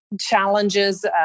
challenges